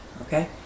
Okay